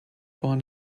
born